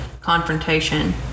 confrontation